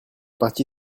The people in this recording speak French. parti